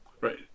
Right